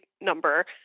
number